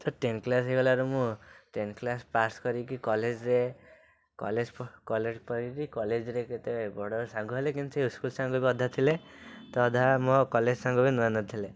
tenth class ହେଇଗଲାରୁ ମୁଁ tenth class pass କରିକି କଲେଜ୍ରେ କଲେଜ୍ ପ କଲେଜ୍ ପଢ଼ିଲି କଲେଜ୍ରେ କେତେ ବଡ଼ ସାଙ୍ଗ ହେଲେ କିନ୍ତୁ ସେ ସ୍କୁଲ୍ ବି ସାଙ୍ଗ ବି ଅଧା ଥିଲେ ତ ଅଧା ମୋ କଲେଜ୍ ସାଙ୍ଗ ବି ନୂଆ ନୂଆ ଥିଲେ